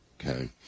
Okay